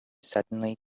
suddenly